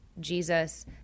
Jesus